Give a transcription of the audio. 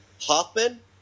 Hoffman